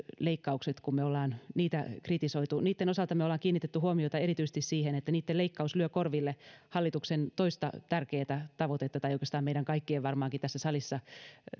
leikkaukset kun me olemme niitä kritisoineet niitten osalta me olemme kiinnittäneet huomiota erityisesti siihen että niitten leikkaus lyö korville hallituksen toista tärkeätä tavoitetta tai oikeastaan varmaankin meidän kaikkien tässä salissa